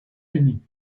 unis